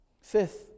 Fifth